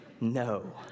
no